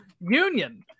Union